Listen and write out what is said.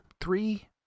three